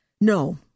No